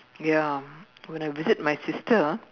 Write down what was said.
ya when I visit my sister ah